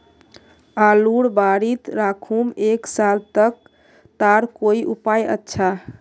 आलूर बारित राखुम एक साल तक तार कोई उपाय अच्छा?